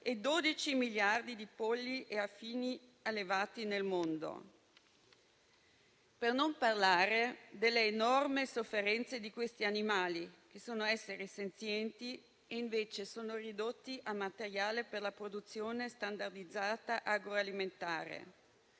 e 12 miliardi di polli e affini allevati nel mondo. Per non parlare delle enormi sofferenze di questi animali, che sono esseri senzienti, mentre invece sono ridotti a materiale per la produzione standardizzata agroalimentare: